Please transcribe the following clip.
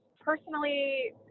personally